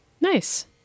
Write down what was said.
nice